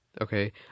Okay